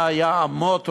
מה היה המוטו?